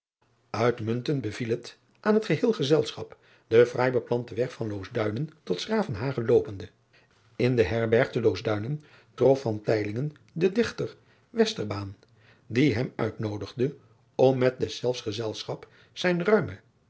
itmuntend beviel aan het geheel gezelschap de fraai beplante weg van oosduinen tot s ravenhage loopende n de erberg te oosduinen trof den ichter die hem uitnoodigde om met deszelfs gezelschap zijne ruime